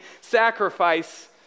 sacrifice